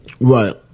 Right